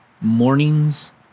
mornings